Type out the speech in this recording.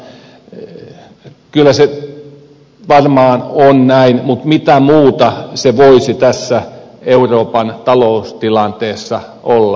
kyllä se varmaan on näin mutta mitä muuta se voisi tässä euroopan taloustilanteessa olla